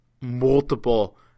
multiple